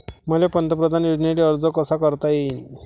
मले पंतप्रधान योजनेसाठी अर्ज कसा कसा करता येईन?